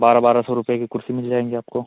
बारह बारह सौ रुपये की कुर्सी मिल जाएँगी आपको